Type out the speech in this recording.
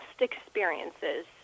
experiences